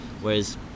Whereas